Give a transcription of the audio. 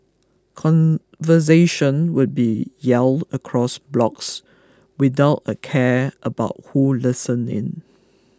conversations would be yelled across blocks without a care about who listened in